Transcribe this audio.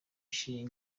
ivi